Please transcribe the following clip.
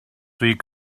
week